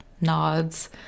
nods